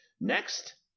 Next